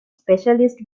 specialist